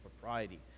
propriety